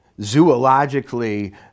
zoologically